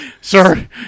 sir